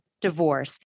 divorce